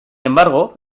embargo